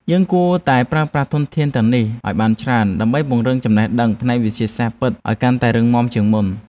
យើងគួរតែប្រើប្រាស់ធនធានទាំងនេះឱ្យបានច្រើនដើម្បីពង្រឹងចំណេះដឹងផ្នែកវិទ្យាសាស្ត្រពិតឱ្យកាន់តែរឹងមាំជាងមុន។